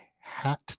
hat